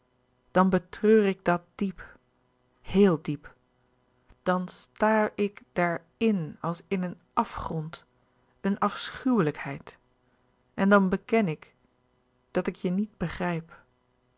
dan betreur ik dat diep heel diep dan staar ik daar in als in een afgrond een afschuwelijkheid en dan beken ik dat ik je niet begrijp